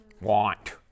Want